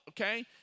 okay